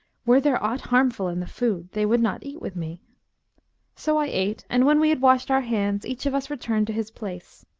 were there aught harmful in the food, they would not eat with me so i ate, and when we had washed our hands, each of us returned to his place.